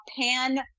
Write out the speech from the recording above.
pan